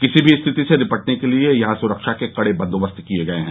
किसी भी स्थिति से निपटने के लिये यहां सुरक्षा के कड़े बंदोबस्त किये गये हैं